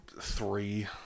three